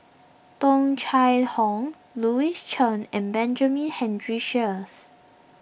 Tung Chye Hong Louis Chen and Benjamin Henry Sheares